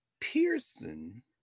Pearson